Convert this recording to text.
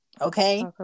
Okay